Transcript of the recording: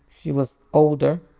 she was older,